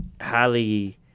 highly